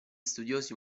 studiosi